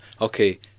okay